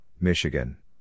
Michigan